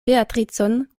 beatricon